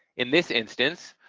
in this instance,